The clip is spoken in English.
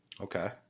Okay